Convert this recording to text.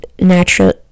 natural